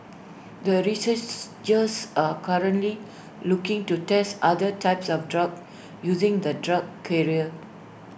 the researchs just are currently looking to test other types of drugs using the drug carrier